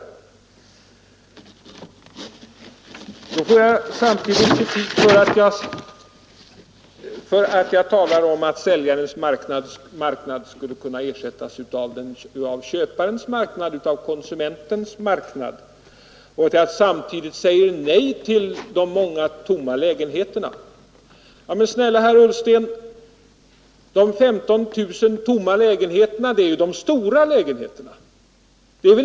Jag får också kritik för att jag talar om att säljarens marknad skulle kunna ersättas av en köparens marknad och samtidigt säger nej till de många tomma lägenheterna. Men, snälla herr Ullsten, de 15 000 tomma lägenheterna är ju de stora lägenheterna.